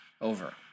over